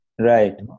Right